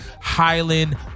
Highland